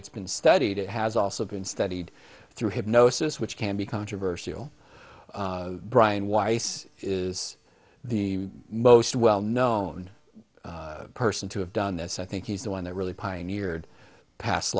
it's been studied it has also been studied through hypnosis which can be controversial brian weiss is the most well known person to have done this i think he's the one that really pioneered past